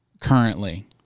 currently